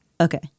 okay